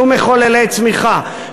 שום מחוללי צמיחה,